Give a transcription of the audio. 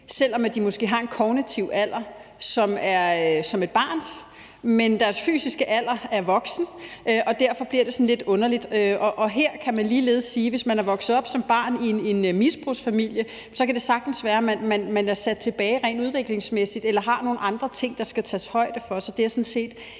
selv om de måske kognitivt har en alder som et barn, men hvor deres fysiske alder er som en voksen, og derfor bliver det sådan lidt underligt. Og her kan man ligeledes sige, at hvis man er vokset op som barn i en misbrugsfamilie, kan det sagtens være, at man er sat tilbage rent udviklingsmæssigt eller har nogle andre ting, der skal tages højde for.